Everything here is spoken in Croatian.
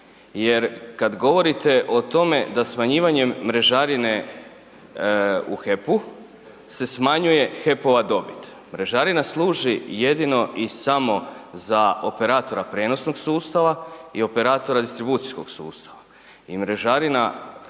jer kad govorite o tome da smanjivanjem mrežarine u HEP-u se smanjuje HEP-ova dobit. Mrežarina služi jedino i samo za operatora prijenosnog sustava i operatora distribucijskog sustava